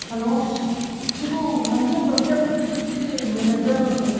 hello ꯁꯤꯕꯨ ꯂꯝꯖꯤꯡꯕ ꯀꯦꯕꯀꯤ ꯃꯦꯅꯦꯖꯔ ꯅꯠꯇ꯭ꯔꯣ